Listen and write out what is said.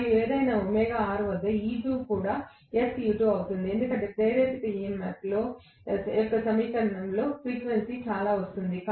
మరియు ఏదైనా ωr వద్ద E2 కూడా sE2 అవుతుంది ఎందుకంటే ప్రేరేపిత EMF యొక్క సమీకరణంలో ఫ్రీక్వెన్సీ చాలా వస్తుంది